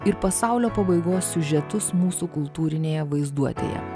ir pasaulio pabaigos siužetus mūsų kultūrinėje vaizduotėje